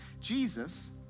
Jesus